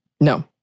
No